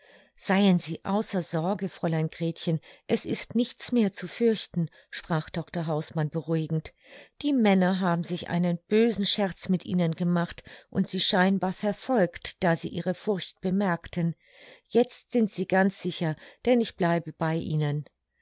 seien sie außer sorge fräulein gretchen es ist nichts mehr zu fürchten sprach dr hausmann beruhigend die männer haben sich einen bösen scherz mit ihnen gemacht und sie scheinbar verfolgt da sie ihre furcht bemerkten jetzt sind sie ganz sicher denn ich bleibe bei ihnen